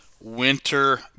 Winter